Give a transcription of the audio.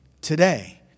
Today